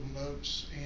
notes